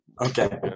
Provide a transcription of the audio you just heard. Okay